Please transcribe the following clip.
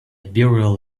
burial